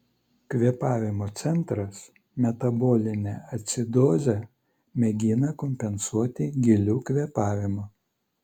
kvėpavimo centras metabolinę acidozę mėgina kompensuoti giliu kvėpavimu